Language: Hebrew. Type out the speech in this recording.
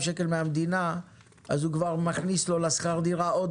שקל מן המדינה אז הוא כבר מכניס לו לשכר הדירה עוד